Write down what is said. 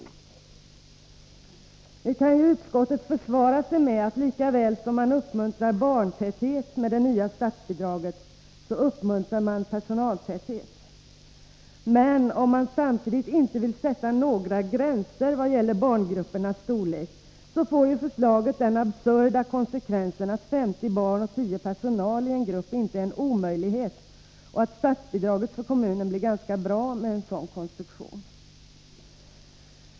Utskottet kan naturligtvis försvara sig med att man med det nya bidragssystemet lika väl som man uppmuntrar barntäthet uppmuntrar personaltäthet. Men om man samtidigt inte vill sätta några gränser för barngruppernas storlek, får ju förslaget den absurda konsekvensen att 50 barn och 10 anställda i en grupp inte blir en omöjlighet och att statsbidraget med en sådan konstruktion blir ganska bra för kommunen.